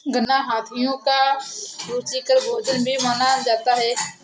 गन्ना हाथियों का रुचिकर भोजन भी माना जाता है